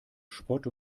spott